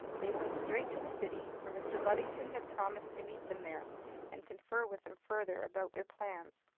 they went straight to the city, for mr. luddington had promised to meet them there and confer with them further about their plans.